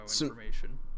information